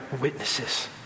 witnesses